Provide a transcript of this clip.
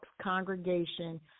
Congregation